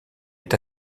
est